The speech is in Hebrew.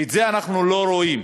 ואת זה אנחנו לא רואים.